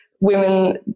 women